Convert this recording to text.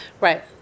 Right